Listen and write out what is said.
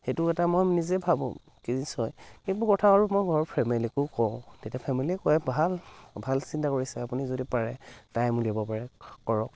সেইটো এটা মই নিজে ভাবোঁ নিশ্চয় এইবোৰ কথা আৰু মই ঘৰৰ ফেমিলিকো কওঁ তেতিয়া ফেমিলিয়ে কয় ভাল ভাল চিন্তা কৰিছে আপুনি যদি পাৰে টাইম দিব পাৰে কৰক